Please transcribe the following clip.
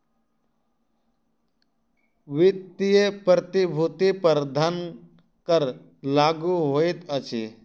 वित्तीय प्रतिभूति पर धन कर लागू होइत अछि